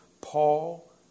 Paul